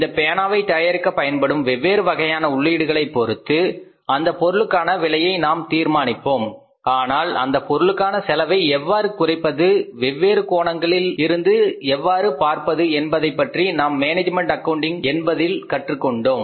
இந்த பேனாவை தயாரிக்க பயன்படும் வெவ்வேறு வகையான உள்ளீடுகளை பொருத்து அந்த பொருளுக்கான விலையை நாம் தீர்மானிப்போம் ஆனால் அந்த பொருளுக்கான செலவை எவ்வாறு குறைப்பது மற்றும் வெவ்வேறு கோணங்களிலிருந்து எவ்வாறு பார்ப்பது என்பதைப்பற்றி நாம் மேனேஜ்மென்ட் அக்கவுண்டிங் என்பதில் கற்றுக்கொண்டோம்